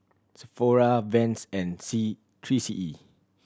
Sephora Vans and C Three C E